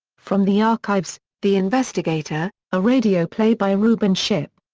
from the archives the investigator a radio play by reuben ship.